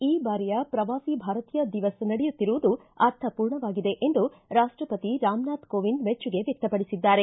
ಈ ಬಾರಿಯ ಪ್ರವಾಸಿ ಭಾರತೀಯ ದಿವಸ್ ನಡೆಯುತ್ತಿರುವುದು ಅರ್ಥಪೂರ್ಣವಾಗಿದೆ ಎಂದು ರಾಷ್ಟಪತಿ ರಾಮನಾಥ ಕೋವಿಂದ್ ಮೆಚ್ಚುಗೆ ವ್ಯಕ್ತಪಡಿಸಿದ್ದಾರೆ